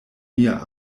mia